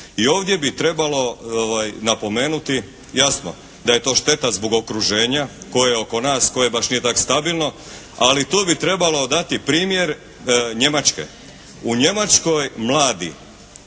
ovdje bi trebalo napomenuti jasno da je to šteta zbog okruženja koje je oko nas koje baš nije tako stabilno ali tu bi trebalo dati primjer Njemačke. U Njemačkoj mladi